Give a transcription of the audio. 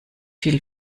viel